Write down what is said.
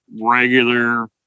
regular